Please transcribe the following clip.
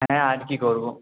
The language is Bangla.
হ্যাঁ আর কি করব